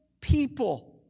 people